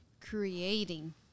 creating